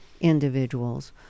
individuals